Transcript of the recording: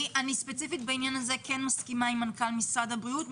בעניין הזה ספציפית אני כן מסכימה עם מנכ"ל משרד הבריאות.